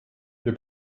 wir